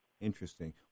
Interesting